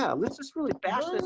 yeah let's just really fast